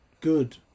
good